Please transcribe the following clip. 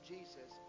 Jesus